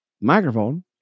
microphone